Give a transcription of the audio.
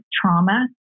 trauma